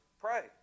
pray